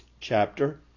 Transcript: chapter